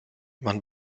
wann